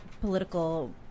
political